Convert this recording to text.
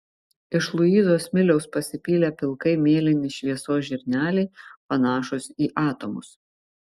iš luizos smiliaus pasipylę pilkai mėlyni šviesos žirneliai panašūs į atomus